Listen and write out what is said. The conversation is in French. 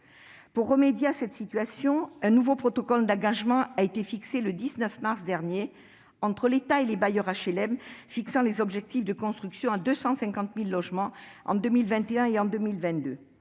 Pour remédier à cette situation, un nouveau protocole d'engagement a été signé le 19 mars dernier entre l'État et les bailleurs HLM : il fixe les objectifs de construction à 250 000 logements en 2021 et 2022.